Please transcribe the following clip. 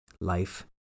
life